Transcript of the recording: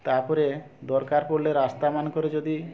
ତା'ପରେ ଦରକାର ପଡ଼ିଲେ ରାସ୍ତାମାନଙ୍କରେ ଯଦି